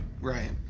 right